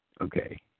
Okay